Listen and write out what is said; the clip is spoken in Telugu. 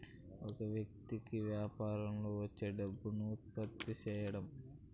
ఒక వ్యక్తి కి యాపారంలో వచ్చే డబ్బును ఉత్పత్తి సేయడం